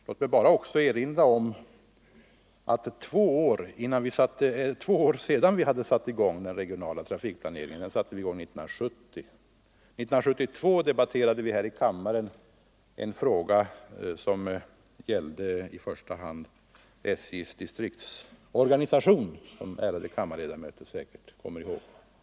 Låt mig också erinra om att två år efter det att vi 1970 hade satt i gång den regionala trafikplaneringen debatterade vi här i kammaren — det var alltså 1972 — en fråga som i första hand gällde SJ:s distrikts organisation, något som de ärade kammarledamöterna säkerligen kommer - Nr 128 ihåg.